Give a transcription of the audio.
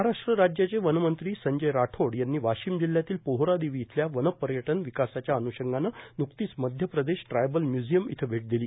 महाराष्ट्र राज्याचे वनमंत्री संजय राठोड यांनी वाशिम जिल्ह्यातील पोहरादेवी इथल्या वनपर्यटन विकासाच्या अन्षंगानं न्कतीच मध्यप्रदेश ट्रायबल म्य्झिअम इथं भेट दिली